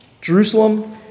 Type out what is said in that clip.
Jerusalem